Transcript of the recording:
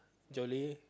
Jolie